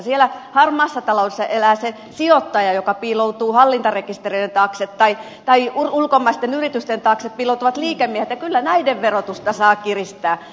siellä harmaassa taloudessa elää se sijoittaja joka piiloutuu hallintarekistereiden taakse tai ulkomaisten yritysten taakse piiloutuvat liikemiehet ja kyllä näiden verotusta saa kiristää